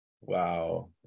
wow